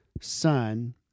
Son